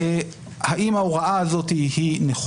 אני מציע לוועדה לחשוב האם ההוראה הזאת נכונה.